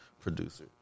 producer